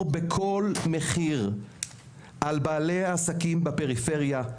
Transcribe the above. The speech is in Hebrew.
בכל מחיר על בעלי העסקים בפריפריה,